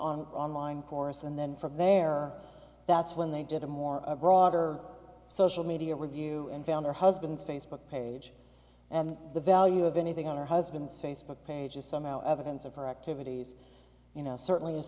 on online course and then from there that's when they did a more broader social media review and found her husband's facebook page and the value of anything on her husband's facebook page is somehow evidence of her activities you know certainly is